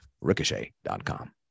ricochet.com